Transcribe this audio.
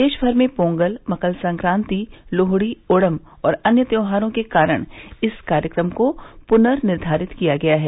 देश भर में पोंगल मकर संक्रांति लोहड़ी ओणम और अन्य त्योहारों के कारण इस कार्यक्रम को प्नर्निर्घारित किया गया है